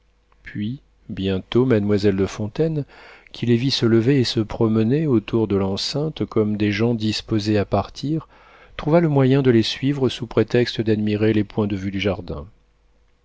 puis bientôt mademoiselle de fontaine qui les vit se lever et se promener autour de l'enceinte comme des gens disposés à partir trouva le moyen de les suivre sous prétexte d'admirer les points de vue du jardin